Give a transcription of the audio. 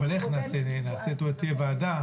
אבל אתה לא יכול להמעיט באירוע שקרה,